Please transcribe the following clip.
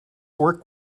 work